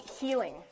healing